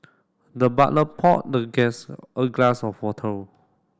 the butler poured the guest a glass of water